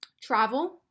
Travel